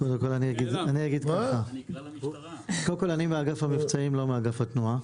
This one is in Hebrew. קודם כל אני מאגף המבצעים, לא מאגף התנועה.